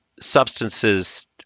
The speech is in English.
substances